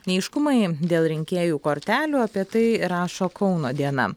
neaiškumai dėl rinkėjų kortelių apie tai rašo kauno diena